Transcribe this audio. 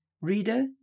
Reader